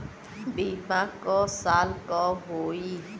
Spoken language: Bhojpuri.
बीमा क साल क होई?